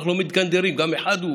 אנחנו לא מתגנדרים, גם אחד הוא